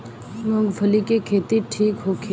मूँगफली के खेती ठीक होखे?